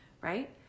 right